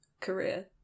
career